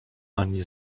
ani